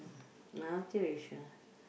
multiracial